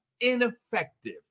ineffective